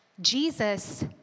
Jesus